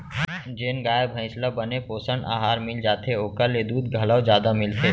जेन गाय भईंस ल बने पोषन अहार मिल जाथे ओकर ले दूद घलौ जादा मिलथे